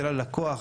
בין הלקוח,